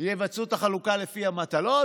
יבצעו את החלוקה לפי המטלות,